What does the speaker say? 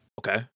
Okay